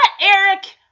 Eric